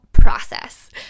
process